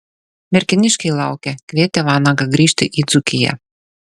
merkiniškiai laukia kvietė vanagą grįžti į dzūkiją